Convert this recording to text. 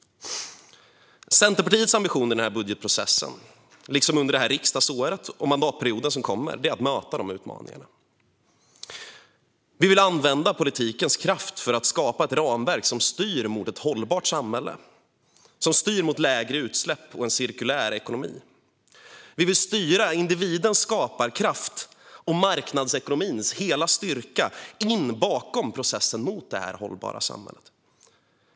Centerpartiets ambition i denna budgetprocess liksom under detta riksdagsår och mandatperioden är att möta dessa utmaningar. Vi vill använda politikens kraft för att skapa ett ramverk som styr mot ett hållbart samhälle, mot lägre utsläpp och en cirkulär ekonomi. Vi vill styra individens skaparkraft och marknadsekonomins hela styrka in bakom processen mot detta hållbara samhälle.